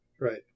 Right